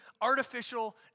artificial